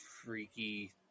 Freaky